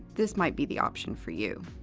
this might be the option for you.